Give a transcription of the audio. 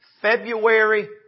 February